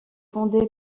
fondée